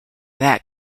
that